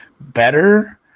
better